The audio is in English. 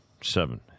seven